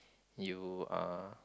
you are